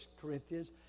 Corinthians